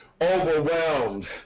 overwhelmed